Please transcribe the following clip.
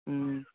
ꯎꯝ